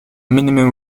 minimum